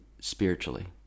spiritually